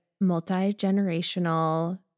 multi-generational